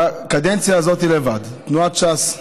בקדנציה הזאת לבד תנועת ש"ס עשתה,